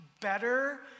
Better